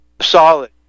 solid